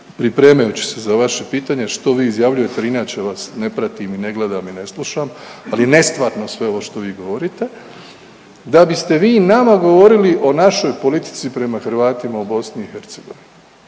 pripremajući se za vaše pitanje što vi izjavljujete, inače vas ne pratim i ne gledam i ne slušam, ali nestvarno je sve ovo što vi govorite, da biste vi nama govorili o našoj politici prema Hrvatima u BiH. Je li